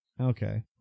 Okay